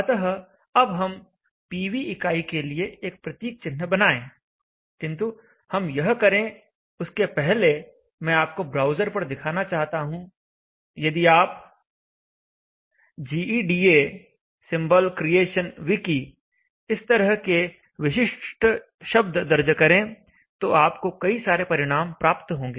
अतः अब हम पीवी इकाई के लिए एक प्रतीक चिन्ह बनाएं किंतु हम यह करें उसके पहले मैं आपको ब्राउज़र पर दिखाना चाहता हूं यदि आप 'geda symbol creation wiki' इस तरह के विशिष्ट शब्द दर्ज करें तो आपको कई सारे परिणाम प्राप्त होंगे